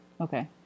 Okay